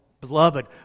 beloved